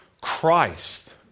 Christ